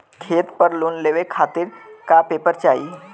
खेत पर लोन लेवल खातिर का का पेपर चाही?